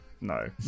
No